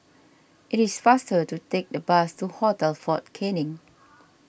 it is faster to take the bus to Hotel fort Canning